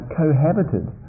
cohabited